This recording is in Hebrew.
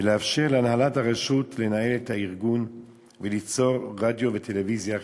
ולאפשר להנהלת הרשות לנהל את הארגון וליצור רדיו וטלוויזיה איכותיים.